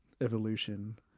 evolution